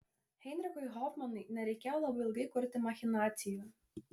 heinrichui hofmanui nereikėjo labai ilgai kurti machinacijų